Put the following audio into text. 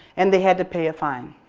and they had to pay a fine.